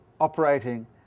operating